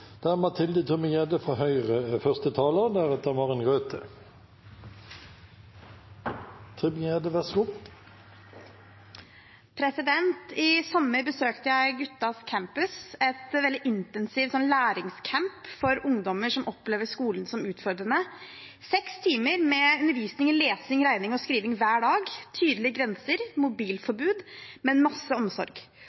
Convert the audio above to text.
I sommer besøkte jeg Guttas Campus, en veldig intensiv læringscamp for ungdommer som opplever skolen som utfordrende – seks timer med undervisning i lesing, regning og skriving hver dag, tydelige grenser,